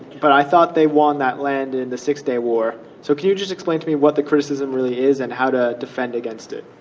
but i thought they won that land in the six-day war. so can you just explain to me what the criticism really is and how to defend against it?